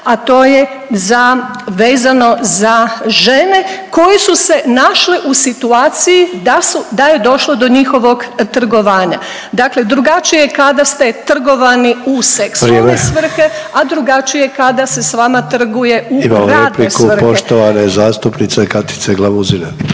a to je za, vezano za žene koje su se našle u situaciji da su, da je došlo do njihovog trgovanja. Dakle, drugačije je kada ste trgovani u seksualne svrhe …/Upadica: Vrijeme./… a drugačije kada se s vama trguje u radne svrhe. **Sanader, Ante (HDZ)** Imamo repliku poštovane zastupnice Katice Glamuzine.